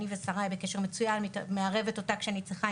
אני ושריי בקשר מצוין ואני תמיד מערבת אותה כשאני צריכה,